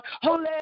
Holy